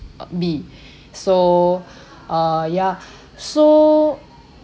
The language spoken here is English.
B so uh ya so